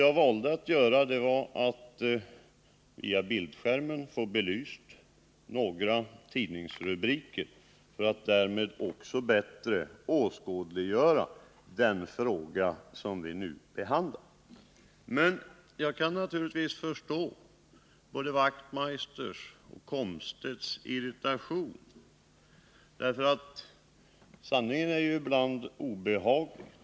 Jag valde att via bildskärmen visa några tidningsrubriker för att därmed bättre åskådliggöra den fråga som vi nu behandlar. Jag kan naturligtvis förstå både Knut Wachtmeisters och Wiggo Komstedts irritation — sanningen är ju ibland obehaglig.